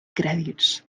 crèdits